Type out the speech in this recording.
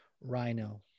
Rhino